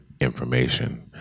information